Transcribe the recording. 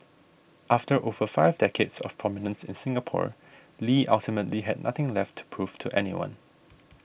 after over five decades of prominence in Singapore Lee ultimately had nothing left to prove to anyone